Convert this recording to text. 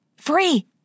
Free